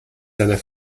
seiner